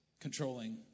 controlling